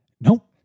nope